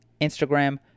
Instagram